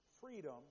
freedom